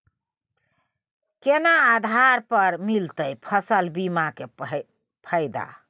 केना आधार पर मिलतै फसल बीमा के फैदा?